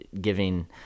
giving